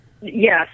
Yes